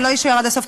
אני לא אשאר עד הסוף,